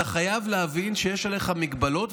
אתה חייב להבין שיש עליך מגבלות,